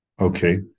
Okay